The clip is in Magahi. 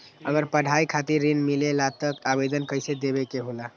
अगर पढ़ाई खातीर ऋण मिले ला त आवेदन कईसे देवे के होला?